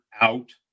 out